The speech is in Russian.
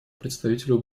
представителю